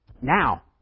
Now